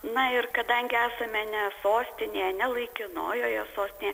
na ir kadangi esame ne sostinėje ne laikinojoje sostnė